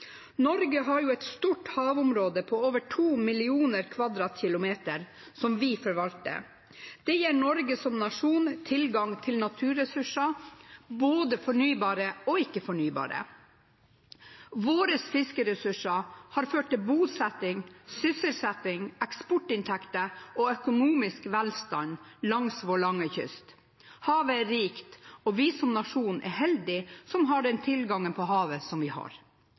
Norge har et stort havområde på over 2 mill. km 2 som vi forvalter. Det gir Norge som nasjon tilgang til naturressurser, både fornybare og ikke-fornybare. Våre fiskeressurser har ført til bosetting, sysselsetting, eksportinntekter og økonomisk velstand langs vår lange kyst. Havet er rikt, og vi som nasjon er heldige som har den tilgangen på havet som vi har.